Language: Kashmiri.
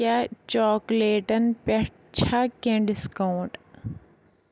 کیٛاہ چاکلیٹن پٮ۪ٹھ چھا کینٛہہ ڈسکاونٹ ؟